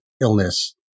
illness